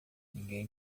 ninguém